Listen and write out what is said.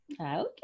okay